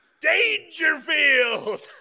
Dangerfield